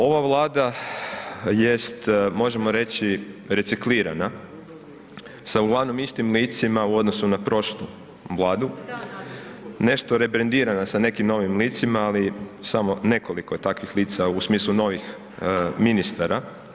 Ova Vlada jest možemo reći reciklirana sa uglavnom istim licima u odnosu na prošlu Vladu, nešto rebrendirana sa nekim novim licima, ali samo nekoliko takvih lica u smislu novih ministara.